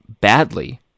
badly